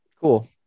Cool